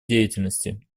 деятельности